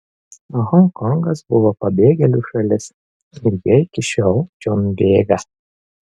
honkongas buvo pabėgėlių šalis ir jie iki šiol čion bėga